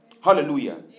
Hallelujah